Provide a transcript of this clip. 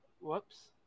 Whoops